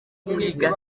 kwiga